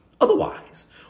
Otherwise